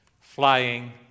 flying